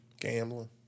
Gambling